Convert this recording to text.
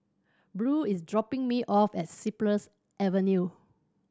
Beau is dropping me off at Cypress Avenue